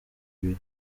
ibiri